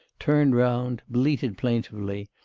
turned round, bleated plaintively,